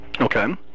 Okay